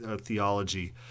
theology